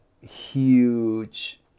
huge